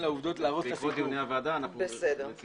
בעקבות דיוני הוועדה אנחנו מציעים נוסח.